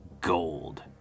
gold